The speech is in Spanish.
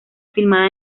filmada